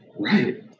Right